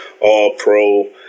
All-Pro